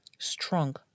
Strong